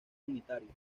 unitarios